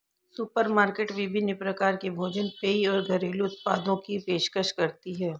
supermarket विभिन्न प्रकार के भोजन पेय और घरेलू उत्पादों की पेशकश करती है